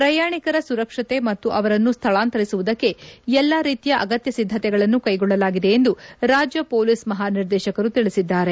ಪ್ರಯಾಣಿಕರ ಸುರಕ್ಷತೆ ಮತ್ತು ಅವರನ್ನು ಸ್ವಳಾಂತರಿಸುವುದಕ್ಕೆ ಎಲ್ಲಾ ರೀತಿಯ ಅಗತ್ತ ಸಿದ್ದತೆಗಳನ್ನು ಕ್ಕೆಗೊಳ್ಳಲಾಗಿದೆ ಎಂದು ರಾಜ್ಯ ಮೊಲೀಸ್ ಮಹಾ ನಿರ್ದೇಶಕರು ತಿಳಿಸಿದ್ದಾರೆ